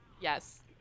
Yes